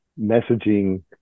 messaging